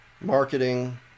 marketing